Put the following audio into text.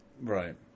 Right